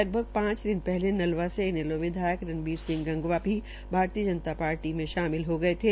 लगभग पांच दिन पहले नलवा से इनैलो विधायक रनबीर सिंह गंगवा भी भारतीय जनता पार्टी में शामिल हो गये थे